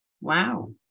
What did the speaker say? Wow